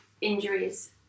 injuries